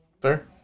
Fair